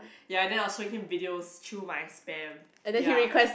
ya then I was making videos through my spam ya